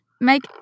make